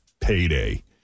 payday